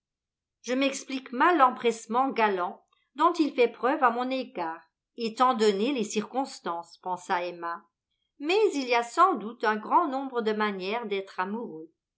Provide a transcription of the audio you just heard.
je m'explique mal l'empressement galant dont il fait preuve à mon égard étant donné les circonstances pensa emma mais il y a sans doute un grand nombre de manières d'être amoureux